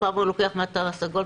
לפעמים הוא לוקח מהתו הסגול,